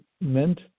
meant